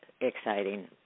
exciting